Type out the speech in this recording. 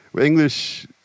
English